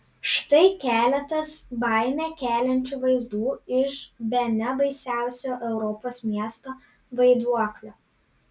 štai keletas baimę keliančių vaizdų iš bene baisiausio europos miesto vaiduoklio